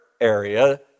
area